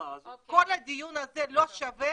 כל הדיון הזה לא שווה